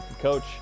coach